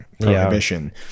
Prohibition